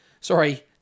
Sorry